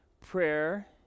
prayer